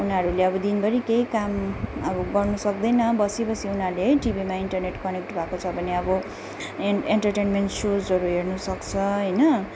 उनीहरूले अब दिनभरि केही काम अब गर्नुसक्दैन बसी बसी उनीहरूले है टिभीमा इन्टरनेट कनेक्ट भएको छ भने अब एन् एन्टरटेनमेन सोजहरू हेर्नु सक्छ होइन